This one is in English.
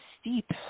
steep